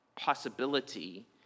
possibility